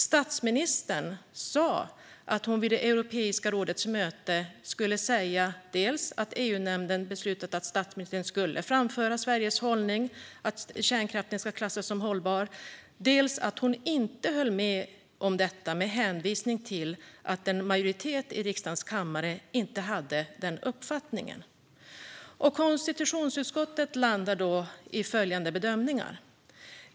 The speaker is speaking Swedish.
Statsministern sa att hon vid Europeiska rådets möte skulle säga dels att EU-nämnden beslutat att statsministern skulle framföra Sveriges hållning att kärnkraften ska klassas som hållbar, dels att hon inte höll med om detta med hänvisning till att en majoritet i riksdagens kammare inte hade den uppfattningen. Konstitutionsutskottet landar i följande bedömningar.